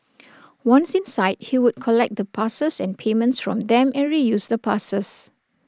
once inside he would collect the passes and payments from them and reuse the passes